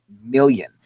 million